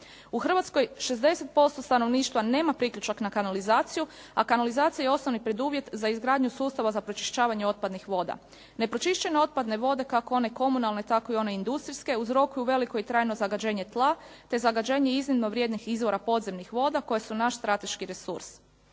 U Hrvatskoj 60% stanovništva nema priključak na kanalizaciji, a kanalizacija je osnovni preduvjet za izgradnju sustava za pročišćavanje otpadnih voda. Nepročišćene otpadne vode, kako one komunalne tako i one industrijske, uzrokuju veliko i trajno zagađenje tla te zagađenje iznimno vrijednih izvora podzemnih voda koje su naš strateški resurs